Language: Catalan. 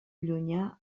llunyà